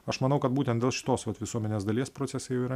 aš manau kad būtent dėl šitos vat visuomenės dalies procesai jau yra